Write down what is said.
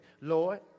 Lord